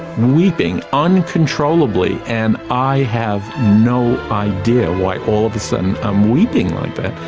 weeping uncontrollably, and i have no idea why all of a sudden i'm weeping like that.